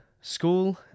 school